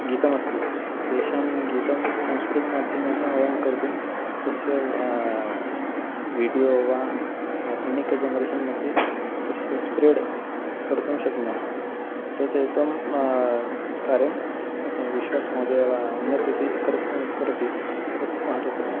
गीतमस्ति तेषां गीतं संस्कृतमाध्यमेन वयं कर्तुं तस्य वीडियो वा आधुनिक जनरेशन् मध्ये तस्य स्प्रेड् कर्तुं शक्नुमः तत् एतं कार्यं विश्वास् महोदयः वा अन्यत् ते कर्तुं करोति तत् महत्वपूर्णम्